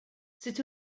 sut